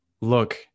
look